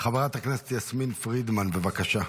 חברת הכנסת יסמין פרידמן, בבקשה.